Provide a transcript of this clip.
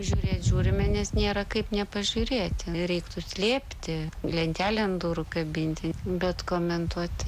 žiūrėt žiūrime nes nėra kaip nepažiūrėti nereiktų slėpti lentelę ant durų kabinti bet komentuoti